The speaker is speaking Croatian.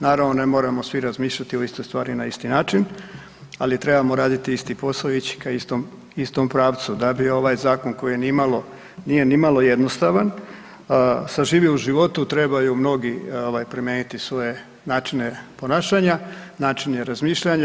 Naravno ne moramo svi razmišljati o istoj stvari na isti način ali trebamo raditi isti posao i ići ka istom pravcu da bi ovaj zakon koji nije ni malo jednostavan saživio u životu trebaju mnogi promijeniti svoje načine ponašanja, načine razmišljanja.